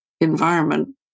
environment